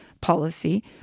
policy